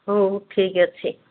ହଉ ହଉ ଠିକ୍ ଅଛି